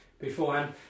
beforehand